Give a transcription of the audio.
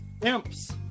Imps